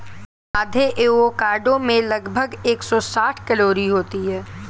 आधे एवोकाडो में लगभग एक सौ साठ कैलोरी होती है